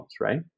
right